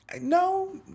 no